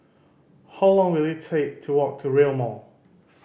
how long will it take to walk to Rail Mall